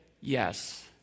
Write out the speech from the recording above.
Yes